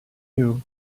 you